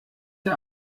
der